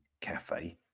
Cafe